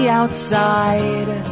outside